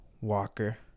Walker